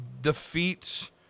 defeats